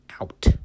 out